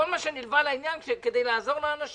כל מה שנלווה לעניין כדי לעזור לאנשים.